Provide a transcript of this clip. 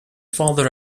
father